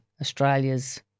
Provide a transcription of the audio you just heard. Australia's